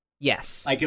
Yes